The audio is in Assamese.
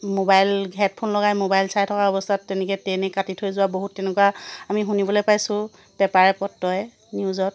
মোবাইল হেডফোন লগাই মোবাইল চাই থকা অৱস্থাত তেনেকৈ ট্ৰেইনে কাটি থৈ যোৱা বহুত তেনেকুৱা আমি শুনিবলৈ পাইছোঁ পেপাৰে পত্ৰই নিউজত